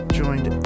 joined